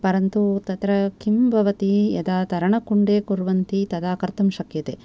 परन्तु तत्र किं भवति यदा तरणकुण्डे कुर्वन्ति तदा कर्तुं शक्यते